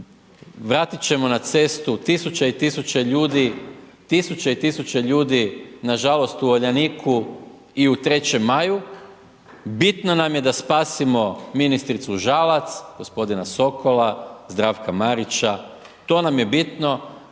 i tisuće ljudi, tisuće i tisuće ljudi nažalost u Uljaniku i u 3. maju, bitno nam je da spasimo ministricu Žalac, gospodina Sokola, Zdravka Marića, to nam je bitno,